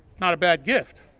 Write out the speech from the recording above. not a bad gift.